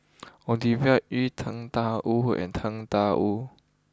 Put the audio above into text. Ovidia Yu Tang Da Wu and Tang Da Wu